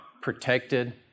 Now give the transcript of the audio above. protected